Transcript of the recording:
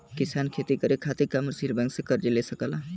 किसान खेती करे खातिर कमर्शियल बैंक से कर्ज ले सकला